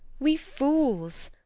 we fools!